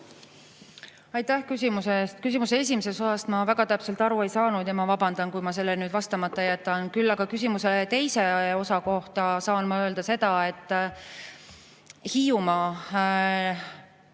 Aitäh küsimuse eest! Küsimuse esimesest osast ma väga täpselt aru ei saanud ja ma vabandan, kui ma sellele nüüd vastamata jätan. Küll aga küsimuse teise osa kohta saan ma öelda seda, et Hiiumaa